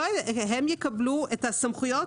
הם יקבלו את הסמכויות